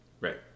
Right